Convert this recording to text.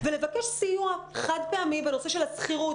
ולבקש סיוע חד פעמי בנושא של השכירות,